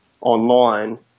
online